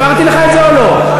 העברתי לך את זה או לא?